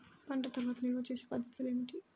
పంట తర్వాత నిల్వ చేసే పద్ధతులు ఏమిటి?